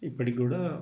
ఇప్పటికి కూడా